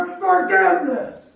forgiveness